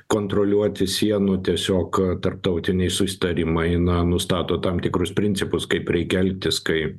kontroliuoti sienų tiesiog tarptautiniai susitarimai na nustato tam tikrus principus kaip reikia elgtis kai